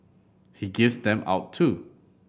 he gives them out too